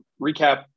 recap